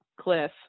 cliff